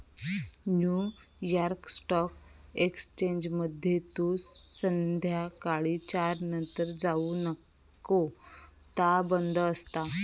new York stock एक्सचेंजमध्ये तू संध्याकाळी चार नंतर जाऊ नको ता बंद असता